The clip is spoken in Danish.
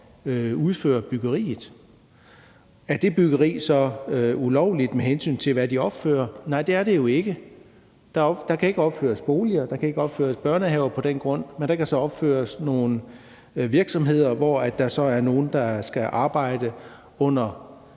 udføre byggeriet. Er det byggeri så ulovligt, med hensyn til hvad de opfører? Nej, det er det jo ikke. Der kan ikke opføres boliger, og der kan ikke opføres børnehaver på den grund, men der kan så opføres nogle virksomheder, hvor der så er nogle, der skal arbejde under